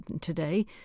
today